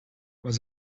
was